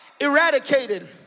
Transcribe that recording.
eradicated